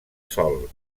sol